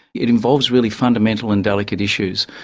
it involves really fundamental and delicate issues.